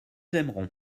aimeront